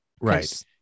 right